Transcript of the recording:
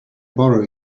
borrow